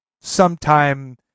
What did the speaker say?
sometime